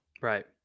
Right